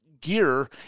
gear